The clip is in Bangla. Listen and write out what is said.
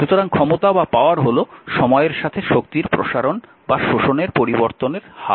সুতরাং ক্ষমতা বা পাওয়ার হল সময়ের সাথে শক্তির প্রসারণ বা শোষণের পরিবর্তনের হার